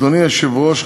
אדוני היושב-ראש,